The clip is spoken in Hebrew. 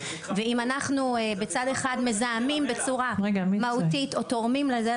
ואם אנחנו בצד אחד מזהמים בצורה מהותית או תורמים לזה,